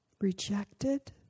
rejected